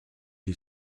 est